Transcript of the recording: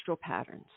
patterns